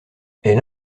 elle